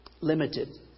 limited